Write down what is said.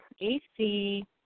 AC